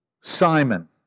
Simon